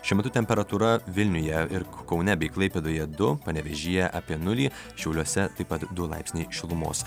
šiuo metu temperatūra vilniuje ir kaune bei klaipėdoje du panevėžyje apie nulį šiauliuose taip pat du laipsniai šilumos